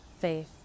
faith